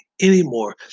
anymore